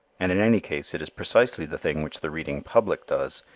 and in any case it is precisely the thing which the reading public does.